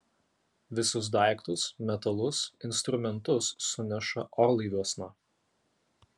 visus daiktus metalus instrumentus suneša orlaiviuosna